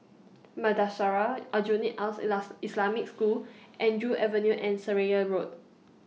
Madrasah Aljunied Al Islamic School Andrew Avenue and Seraya Road